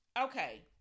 Okay